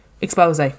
expose